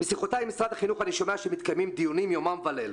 משיחותיי עם משרד החינוך אני שומע שמתקיימים דיונים יומם וליל.